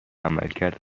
عملکرد